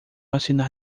assinar